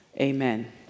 Amen